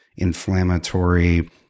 Inflammatory